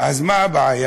אז מה הבעיה?